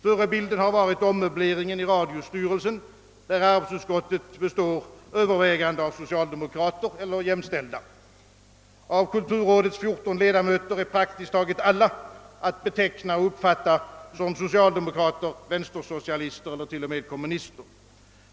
Förebilden har varit ommöbleringen i radiostyrelsen, där arbetsutskottet består av övervägande socialdemokrater eller jämställda. Av kulturrådets 14 ledamöter är praktiskt taget alla att beteckna och uppfatta som socialdemokrater, vänstersocialister och t.o.m. kommunister.